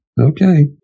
okay